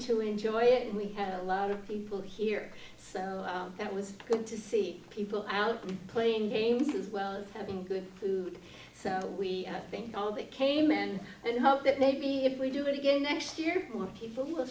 to enjoy it and we had a lot of people here so that was good to see people out playing games as well and having good food so we think all that came in and hope that maybe if we do it again next year for people w